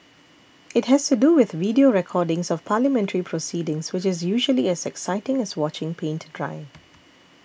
it has to do with video recordings of parliamentary proceedings which is usually as exciting as watching paint dry